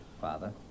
Father